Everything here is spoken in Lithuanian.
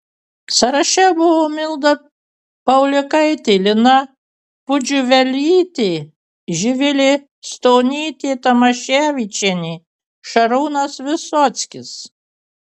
sąraše buvo milda paulikaitė lina pudžiuvelytė živilė stonytė tamaševičienė šarūnas visockis